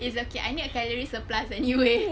it's okay I need a calorie surplus anyway